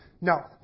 No